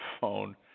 phone